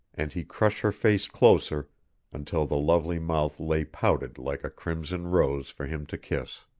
and he crushed her face closer until the lovely mouth lay pouted like a crimson rose for him to kiss.